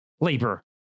labor